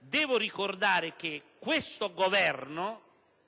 Devo ricordare che questo Governo,